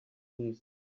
least